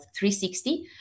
360